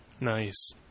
Nice